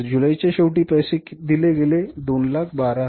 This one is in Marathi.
तर जुलैच्या शेवटी किती पैसे दिले गेले 212000